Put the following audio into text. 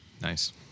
Nice